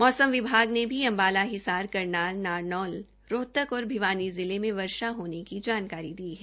मौसम विभाग ने भी अम्बाला हिसार करनाल नारनौल रोहतक और भिवानी जिले में वर्षा होने की जानकारी दी है